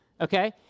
okay